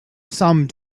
some